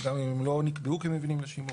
גם אם הם לא נקבעו כמבנים לשימור,